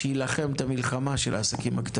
שיילחם את המלחמה שלהם.